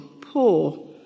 poor